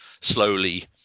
slowly